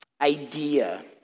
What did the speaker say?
idea